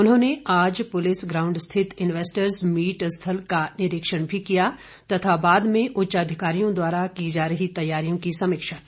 उन्होंने आज police ground स्थित इन्वेस्टर्स मीट स्थल का निरीक्षण भी किया तथा बाद में उच्चाधिकारियों द्वारा की जा रही तैयारियों की समीक्षा की